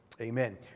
amen